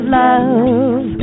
love